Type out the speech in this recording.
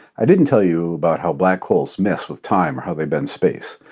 i didn't tell you about how black holes mess with time or how they bend space.